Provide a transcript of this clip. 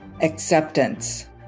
acceptance